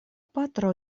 patro